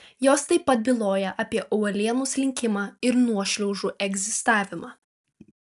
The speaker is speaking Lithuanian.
jos taip pat byloja apie uolienų slinkimą ir nuošliaužų egzistavimą